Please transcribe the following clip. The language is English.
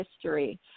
history